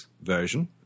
version